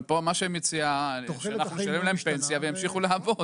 פה מה שאת מציעה זה שאנחנו נשלם להם פנסיה והם ימשיכו לעבוד.